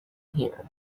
here